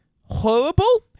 horrible